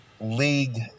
league